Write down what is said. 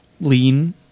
lean